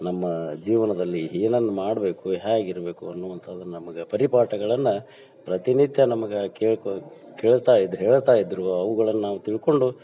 ನಮ್ಮ ಜೀವನದಲ್ಲಿ ಏನನ್ನು ಮಾಡಬೇಕು ಹ್ಯಾಗೆ ಇರಬೇಕು ಅನ್ನುವಂಥದ್ದು ನಮ್ಗೆ ಪರಿಪಾಠಗಳನ್ನು ಪ್ರತಿನಿತ್ಯ ನಮ್ಗೆ ಕೇಳ್ಕೋ ಕೇಳ್ತಾ ಇದ್ರು ಹೇಳ್ತಾ ಇದ್ದರು ಅವ್ಗಳನ್ನು ನಾವು ತಿಳ್ಕೊಂಡು